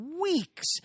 weeks